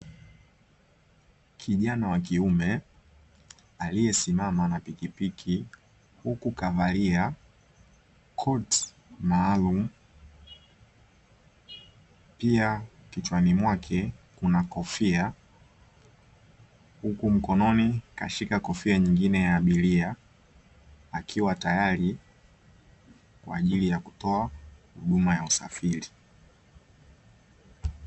Kijana wa kiume aliyesimama na pikipiki huku kavalia koti maalum, pia kichwani mwake kuna kofia huku mkononi kashika kofia nyingine ya abiria akiwa tayari kwa ajili ya kutoa huduma ya usafiri.